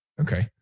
Okay